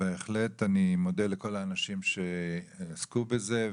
בהחלט אני מודה לכל האנשים שעסקו בזה,